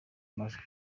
amajwi